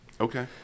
Okay